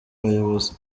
bayobozi